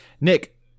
Nick